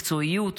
מקצועיות,